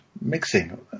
mixing